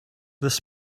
this